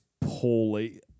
poorly